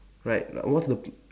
right like what's the p~